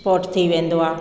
sport थी वेंदो आहे